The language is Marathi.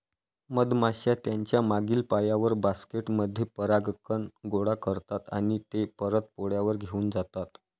मधमाश्या त्यांच्या मागील पायांवर, बास्केट मध्ये परागकण गोळा करतात आणि ते परत पोळ्यावर घेऊन जातात